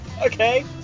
Okay